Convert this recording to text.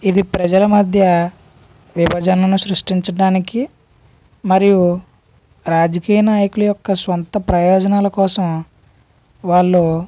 ఇది ప్రజల మధ్య విభజనను సృష్టించడానికి మరియు రాజకీయ నాయకుల యొక్క సొంత ప్రయోజనాలకోసం వాళ్ళు